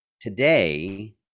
today